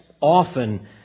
often